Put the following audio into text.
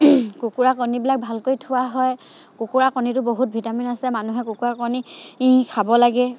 কুকুৰা কণীবিলাক ভালকৈ থোৱা হয় কুকুৰা কণীটো বহুত ভিটামিন আছে মানুহে কুকুৰা কণী খাব লাগে